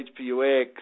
HPUX